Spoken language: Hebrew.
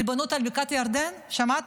הריבונות על בקעת הירדן, שמעתם?